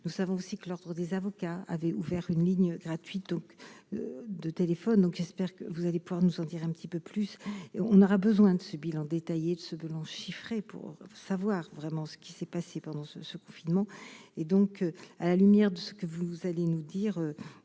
nous savons aussi que l'Ordre des avocats avait ouvert une ligne gratuite de téléphone, donc j'espère que vous allez pouvoir nous en dire un petit peu plus et on aura besoin de ce bilan détaillé de ce bilan chiffré pour savoir vraiment ce qui s'est passé pendant ce ce confinement et donc à la lumière de ce que vous allez nous dire,